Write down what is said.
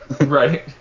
Right